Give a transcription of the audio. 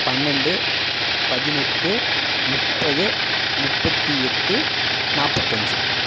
பன்னெண்டு பதினெட்டு முப்பது முப்பத்து எட்டு நாற்பத்தஞ்சு